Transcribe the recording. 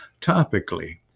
topically